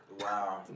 Wow